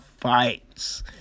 fights